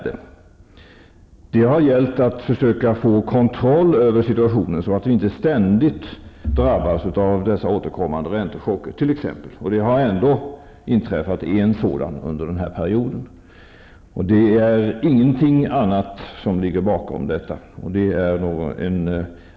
Det har gällt att försöka få kontroll över situationen, så att vi t.ex. inte ständigt drabbas av återkommande räntechocker. Det har ändå inträffat en sådan under perioden. Det är ingenting annat som ligger bakom detta.